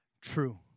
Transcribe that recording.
true